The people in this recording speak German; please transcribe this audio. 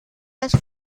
das